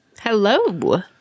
Hello